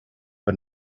but